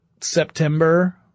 September